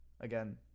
Again